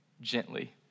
gently